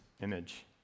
image